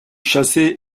chasser